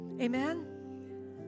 amen